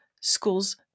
schools